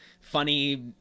funny